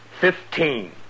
Fifteen